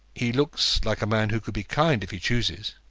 he looks like a man who could be kind if he chooses.